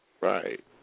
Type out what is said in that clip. Right